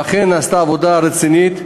ואכן, נעשתה עבודה רצינית,